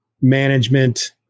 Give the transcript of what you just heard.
management